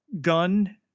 gun